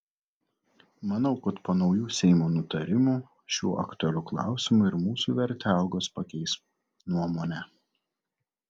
manau kad po naujų seimo nutarimų šiuo aktualiu klausimu ir mūsų vertelgos pakeis nuomonę